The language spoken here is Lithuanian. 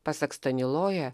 pasak staniloja